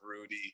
Rudy